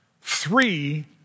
three